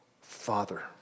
Father